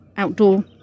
outdoor